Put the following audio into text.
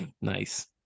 Nice